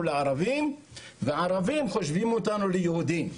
לערבים והערבים מחשיבים אותנו ליהודים.